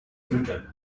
britain